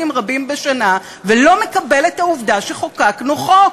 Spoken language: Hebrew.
רבים בשנה ולא מקבל את העובדה שחוקקנו חוק?